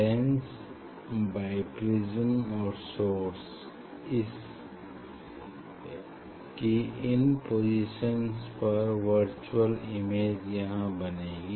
lens biprism और source की इन पोसिशन्स पर वर्चुअल इमेज यहाँ बनेगी